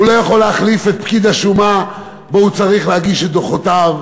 הוא לא יכול להחליף את פקיד השומה שלו הוא צריך להגיש את דוחותיו,